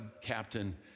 captain